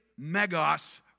Megos